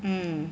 mm